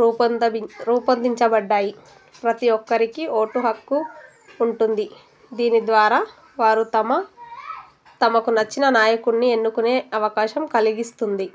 రూపొంది రూపొందించబడ్డాయి ప్రతీ ఒక్కరికి ఓటు హక్కు ఉంటుంది దీని ద్వారా వారు తమ తమకు నచ్చిన నాయకున్ని ఎన్నుకునే అవకాశం కలిగిస్తుంది